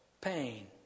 pain